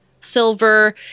silver